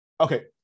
Okay